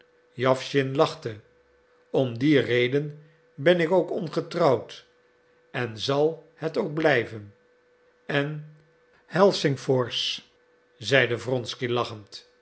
jawschin lachte om die reden ben ik ook ongetrouwd en zal het ook blijven en helsingfors zeide wronsky lachend